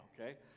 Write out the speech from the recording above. Okay